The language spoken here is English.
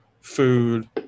food